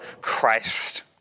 Christ